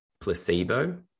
placebo